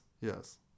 Yes